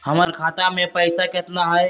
हमर खाता मे पैसा केतना है?